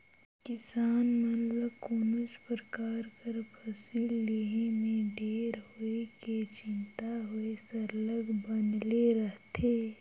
किसान मन ल कोनोच परकार कर फसिल लेहे में डर होए कि चिंता होए सरलग बनले रहथे